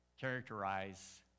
characterize